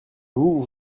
vous